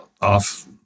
off